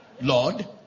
Lord